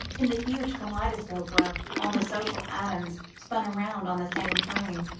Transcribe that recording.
in the huge kaleidoscope where all the social atoms spun around on the same plane?